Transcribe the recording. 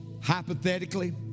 Hypothetically